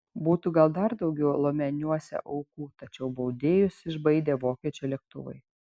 būtų gal dar daugiau lomeniuose aukų tačiau baudėjus išbaidė vokiečių lėktuvai